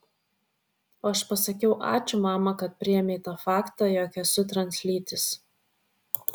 o aš pasakiau ačiū mama kad priėmei tą faktą jog esu translytis